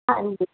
ਹਾਂਜੀ